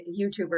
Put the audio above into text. YouTubers